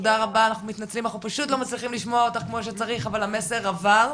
אני רוצה לעבור לרות סגל, נערה שגרה